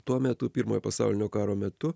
tuo metu pirmojo pasaulinio karo metu